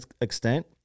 extent